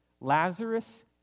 Lazarus